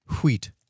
wheat